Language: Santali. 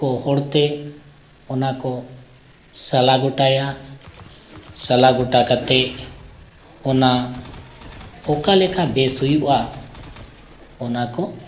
ᱠᱚ ᱦᱚᱲᱛᱮ ᱚᱱᱟ ᱠᱚ ᱥᱟᱞᱟᱼᱜᱚᱴᱟᱭᱟ ᱥᱟᱞᱟᱼᱜᱚᱴᱟ ᱠᱟᱛᱮᱫ ᱚᱱᱟ ᱚᱠᱟ ᱞᱮᱠᱟ ᱵᱮᱥ ᱦᱩᱭᱩᱜᱼᱟ ᱚᱱᱟ ᱠᱚ